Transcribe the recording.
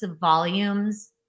volumes